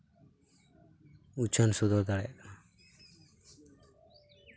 ᱩᱪᱷᱟᱹᱱ ᱥᱚᱫᱚᱨ ᱫᱟᱲᱮᱭᱟᱜᱼᱟ